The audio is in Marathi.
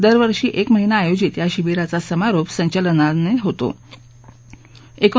दरवर्षी एक महिना आयोजित या शिबीराचा समारोप संचलनाने होतो